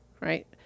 right